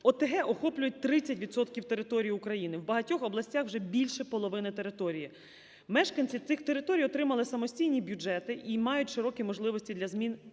ОТГ охоплюють 30 відсотків території України. В багатьох областях вже більше половини територій. Мешканці цих територій отримали самостійні бюджети і мають широкі можливості для змін